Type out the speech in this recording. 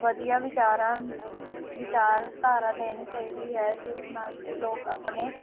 ਵਧੀਆ ਵਿਚਾਰਾਂ ਵਿਚਾਰਧਾਰਾ ਦੇਣੀ ਚਾਹੀਦੀ ਹੈ ਜਿਸ ਨਾਲ ਕਿ ਲੋਕ ਆਪਣੇ